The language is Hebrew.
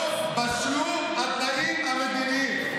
עם מנסור עבאס הקמת את הממשלה,